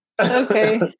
Okay